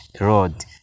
road